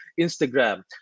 Instagram